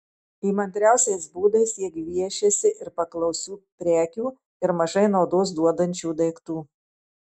įmantriausiais būdais jie gviešiasi ir paklausių prekių ir mažai naudos duodančių daiktų